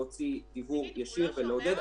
הדבר השני הוא פעילות הסיוע.